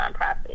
nonprofit